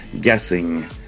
guessing